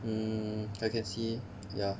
mm I can see ya